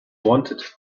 wanted